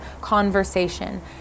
conversation